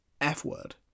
f-word